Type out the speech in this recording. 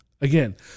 Again